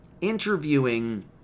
interviewing